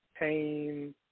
pain